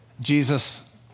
Jesus